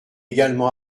également